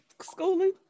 schooling